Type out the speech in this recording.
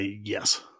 Yes